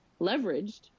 leveraged